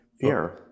Fear